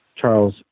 Charles